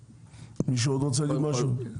עוד מישהו רוצה להגיד משהו?